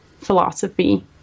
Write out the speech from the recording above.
philosophy